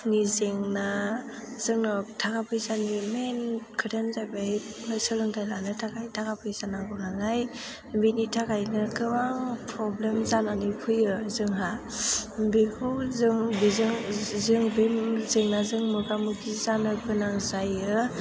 नि जेंना जोंनाव थाखा फैसानि मेन खोथायानो जाहैबाय सोलोंथाय लानो थाखाय थाखा फैसा नांगौनालाय बेनि थाखायनो गोबां प्रब्लेम जानानै फैयो जोंहा बेखौ जों बेजों जों बे जेंनाजों मोगा मोगि जानो गोनां जायो